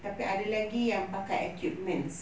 tapi ada lagi yang pakai equipments